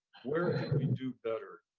where could we do better?